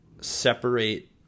separate